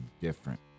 different